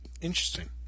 Interesting